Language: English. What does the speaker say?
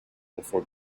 before